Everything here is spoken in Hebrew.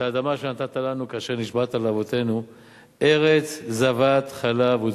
האדמה אשר נתתה לנו כאשר נשבעת לאבתינו ארץ זבת חלב ודבש".